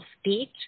speech